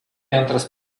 antras